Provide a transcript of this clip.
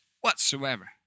whatsoever